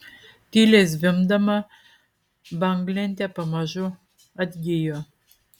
tyliai zvimbdama banglentė pamažu atgijo